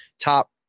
top